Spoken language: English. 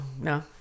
no